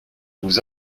nous